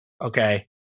Okay